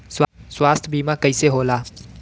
स्वास्थ्य बीमा कईसे होला?